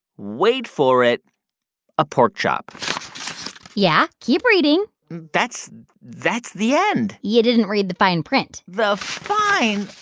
wait for it a pork chop yeah. keep reading that's that's the end you didn't read the fine print the fine